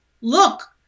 look